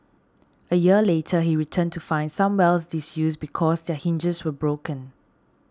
a year later he returned to find some wells disused because their hinges were broken